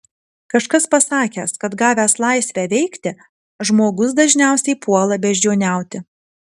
kažkas pasakęs kad gavęs laisvę veikti žmogus dažniausiai puola beždžioniauti